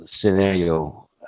scenario